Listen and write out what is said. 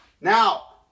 Now